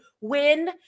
win